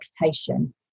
reputation